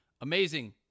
amazing